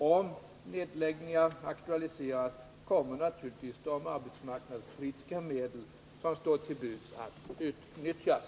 Om nedläggningar aktualiseras, kommer naturligtvis de arbetsmarknadspolitiska medel som står till buds att utnyttjas.